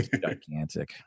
Gigantic